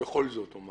אבל בכל זאת אומר